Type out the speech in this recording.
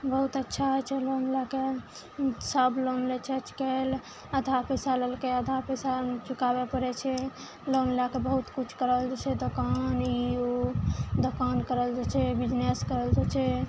बहुत अच्छा होइ छै लोन लै कऽ सब लोन लै छै आजकल अधा पैसा लेलकै अधा पैसा चुकाबय पड़य छै लोन लै कऽ बहुत कुछ करल जाइ छै दोकान ई ओ दोकान करल जाइ छै बिजनेस करल जाइ छै